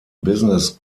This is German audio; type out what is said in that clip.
business